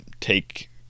take